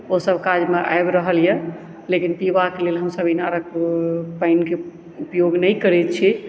ओसभ काजमे आबि रहल अइ लेकिन पीबाक लेल हमसभ इनारके पानिके उपयोग नहि करैत छी